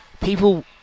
people